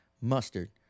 mustard